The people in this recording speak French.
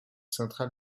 centrale